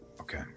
Okay